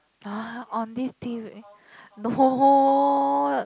!huh! on this t_v no